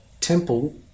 Temple